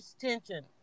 tension